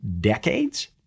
decades